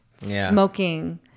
smoking